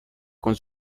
con